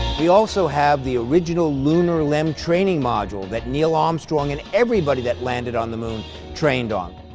we also have the original lunar land training module that neil armstrong and everybody that landed on the moon trained on.